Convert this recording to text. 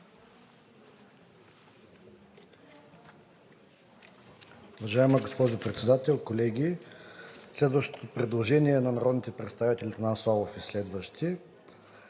Уважаема госпожо Председател, колеги! Следващото предложение е на народните представители Атанас Славов и следващи.